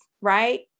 right